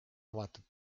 avatud